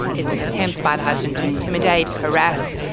it's an attempt by the husband to intimidate, harass,